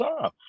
time